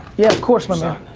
yeah, of course my man.